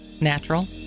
natural